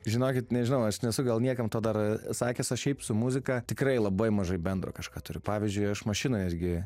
žinokit nežinau aš nesu gal niekam to dar sakęs o šiaip su muzika tikrai labai mažai bendro kažką turiu pavyzdžiui aš mašinoj irgi